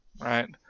right